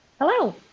Hello